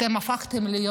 אתם הפכתם להיות